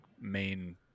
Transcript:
main